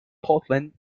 portland